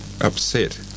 upset